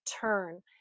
turn